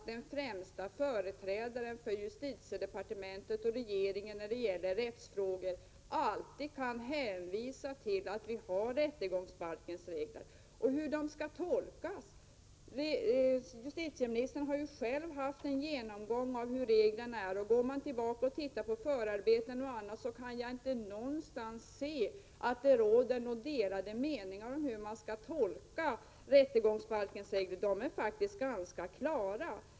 Den främste företrädaren för justitiedepartementet och regeringen när det gäller rättsfrågor måste väl alltid kunna hänvisa till rättegångsbalkens regler och till hur de skall tolkas. Justitieministern har ju själv haft en genomgång av reglerna, och om jag går tillbaka och tittar på förarbetena, kan jag inte någonstans se att det råder delade meningar om hur man skall tolka rättegångsbalkens regler. De är faktiskt ganska klara.